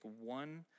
one